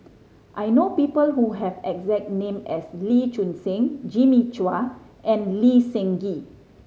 I know people who have the exact name as Lee Choon Seng Jimmy Chua and Lee Seng Gee